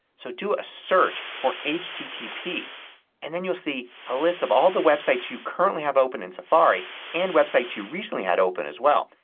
so do a search for http and then you'll see a list of all the websites you currently have open in safari and websites you recently had opened as well.